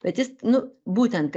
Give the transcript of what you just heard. bet jis nu būtent